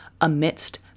amidst